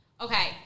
Okay